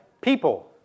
people